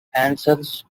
answers